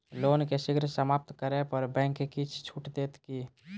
loan केँ शीघ्र समाप्त करै पर बैंक किछ छुट देत की